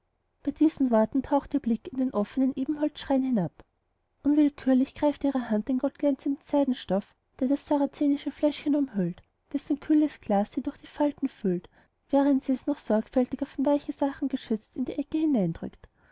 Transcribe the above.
bei diesen worten taucht ihr blick in den offenen ebenholzschrein hinab unwillkürlich greift ihre hand den goldglänzenden seidenstoff der das sarazenische fläschchen umhüllt dessen kühles glas sie durch die falten fühlt während sie es noch sorgfältiger von weichen sachen geschützt in die ecke hineindrückt